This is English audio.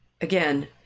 Again